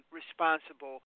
responsible